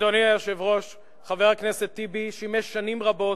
אולי לא שמעת מה שדיברו החברים כאשר באו ודיברו.